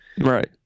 right